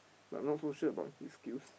but I'm not so sure about his skills